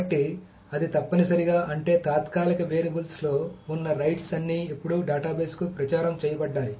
కాబట్టి అది తప్పనిసరిగా అంటే తాత్కాలిక వేరియబుల్స్లో ఉన్న రైట్స్ అన్నీ ఇప్పుడు డేటాబేస్కు ప్రచారం చేయబడ్డాయి